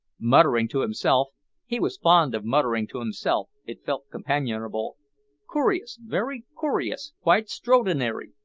muttering to himself he was fond of muttering to himself, it felt companionable coorious, very coorious, quite stroanary,